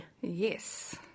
Yes